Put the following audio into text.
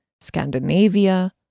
Scandinavia